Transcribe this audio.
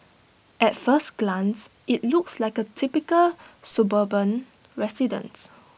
at first glance IT looks like A typical suburban residence